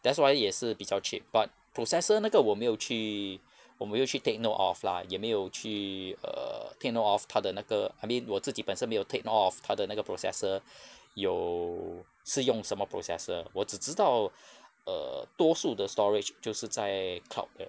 that's why 也是比较 cheap but processor 那个我没有去我没有去 take note of lah 也没有去 err take note of 它的那个 I mean 我自己本身没有 take note of 它的那个 processor 有是用什么 processor 我只知道 err 多数的 storage 就是在 cloud eh